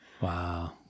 Wow